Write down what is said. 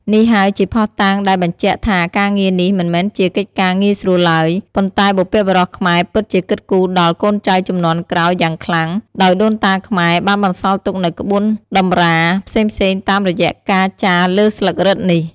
នេះហើយជាភស្តុតាងដែលបញ្ជាក់ថាការងារនេះមិនមែនជាកិច្ចការងាយស្រួលឡើយ ប៉ុន្តែបុព្វបុរសខ្មែរពិតជាគិតគូដល់កូនចៅជំនាន់ក្រោយយ៉ាងខ្លាំង ដោយដូនតាខ្មែរ បានបន្សល់ទុកនូវក្បូនតម្រាផ្សេងៗតាមរយៈការចារលើស្លឹករឹតនេះ។